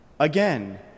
Again